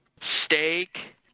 steak